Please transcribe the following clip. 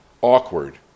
awkward